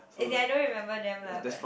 as in I don't remember them lah but